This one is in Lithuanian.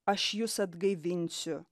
aš jus atgaivinsiu